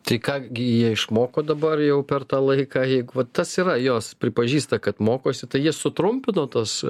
tai ką gi jie išmoko dabar jau per tą laiką jeigu vat tas yra jos pripažįsta kad mokosi tai jie sutrumpino tas